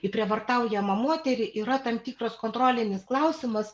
į prievartaujamą moterį yra tam tikras kontrolinis klausimas